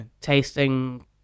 Tasting